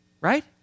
Right